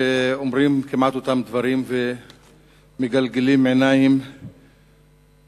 ואומרים כמעט את אותם דברים ומגלגלים עיניים